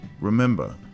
remember